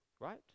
right